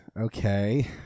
Okay